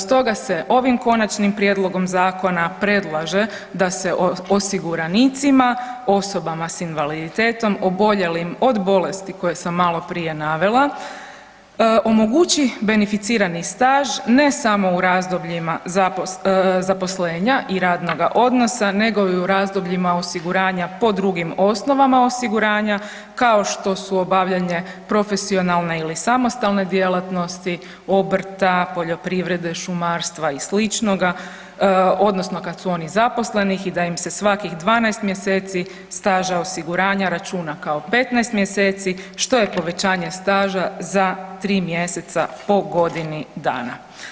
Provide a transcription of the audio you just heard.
Stoga se ovim Konačnim prijedlogom zakona predlaže da se osiguranicima osobama s invaliditetom oboljelim od bolesti koje sam malo prije navela omogući beneficirani staž ne samo u razdobljima zaposlenja i radnoga odnosa, nego i u razdobljima osiguranja po drugim osnovama osiguranja kao što su obavljanje profesionalne ili samostalne djelatnosti, obrta, poljoprivrede, šumarstva i sl. odnosno kada su oni zaposleni i da im se svakih 12 mjeseci staža osiguranja računa kao 15 mjeseci što je povećanje staža za 3 mjeseca po godini dana.